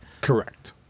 Correct